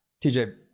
tj